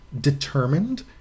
determined